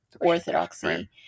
orthodoxy